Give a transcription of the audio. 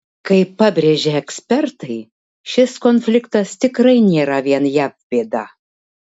kaip pabrėžia ekspertai šis konfliktas tikrai nėra vien jav bėda